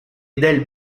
del